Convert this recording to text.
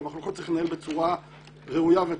אבל מחלוקות צריך לנהל בצורה ראויה ותרבותית,